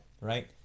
Right